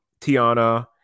Tiana